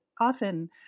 often